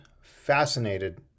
fascinated